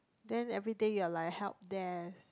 then everything you're like help desk